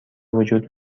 وجود